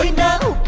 i mean no.